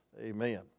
Amen